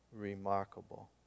remarkable